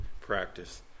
practice